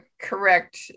correct